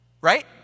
Right